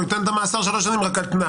הוא ייתן את המאסר שלוש שנים, רק על תנאי.